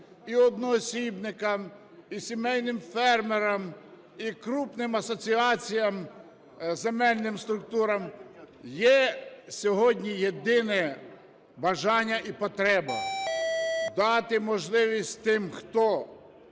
і одноосібникам, і сімейним фермерам, і крупним асоціаціям, земельним структурам. Є сьогодні єдине бажання і потреба - дати можливість тим, хто